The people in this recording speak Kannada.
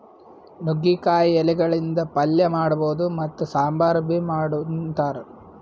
ನುಗ್ಗಿಕಾಯಿ ಎಲಿಗಳಿಂದ್ ಪಲ್ಯ ಮಾಡಬಹುದ್ ಮತ್ತ್ ಸಾಂಬಾರ್ ಬಿ ಮಾಡ್ ಉಂತಾರ್